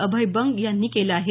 अभय बंग यांनी केलं आहे